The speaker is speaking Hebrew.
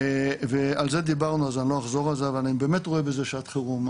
אני באמת רואה בזה שעת חירום,